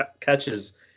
catches